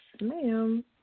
ma'am